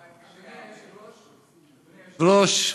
אדוני היושב-ראש,